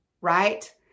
right